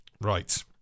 Right